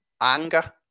Anger